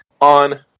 on